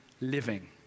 living